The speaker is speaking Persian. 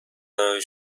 برای